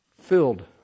filled